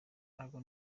ntago